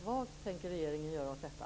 Vad tänker regeringen göra åt detta?